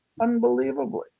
Unbelievably